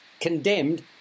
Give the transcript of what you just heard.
condemned